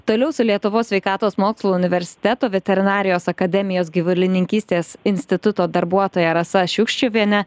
toliau su lietuvos sveikatos mokslų universiteto veterinarijos akademijos gyvulininkystės instituto darbuotoja rasa šiukščiuviene